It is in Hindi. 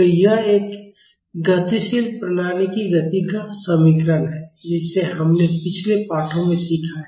तो यह एक गतिशील प्रणाली की गति का समीकरण है जिसे हमने पिछले पाठों में सीखा है